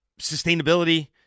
sustainability